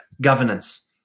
governance